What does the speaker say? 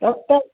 doctor